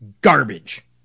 garbage